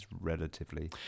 relatively